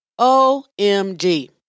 OMG